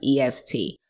EST